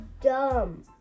dumb